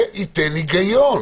זה ייתן היגיון.